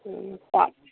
হুম পাঁচ